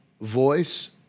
voice